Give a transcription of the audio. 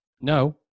No